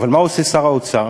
אבל מה עושה שר האוצר?